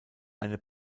eine